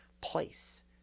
place